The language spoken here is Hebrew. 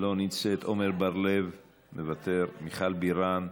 לא נמצאת, עמר בר-לב, מוותר, מיכל בירן,